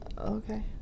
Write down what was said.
Okay